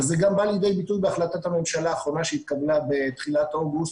וזה גם בא לידי ביטוי בהחלטת הממשלה האחרונה שהתקבלה בתחילת אוגוסט,